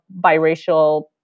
biracial